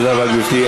תודה רבה, גברתי.